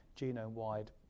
genome-wide